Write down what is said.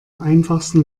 einfachsten